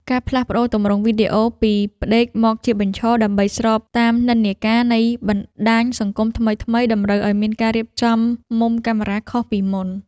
ការផ្លាស់ប្តូរទម្រង់វីដេអូពីផ្ដេកមកជាបញ្ឈរ ដើម្បីស្របតាមនិន្នាការនៃបណ្ដាញសង្គមថ្មីៗ តម្រូវឱ្យមានការរៀបចំមុំកាមេរ៉ាខុសពីមុន។